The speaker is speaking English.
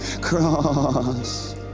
cross